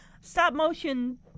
stop-motion